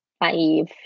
naive